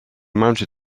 mounted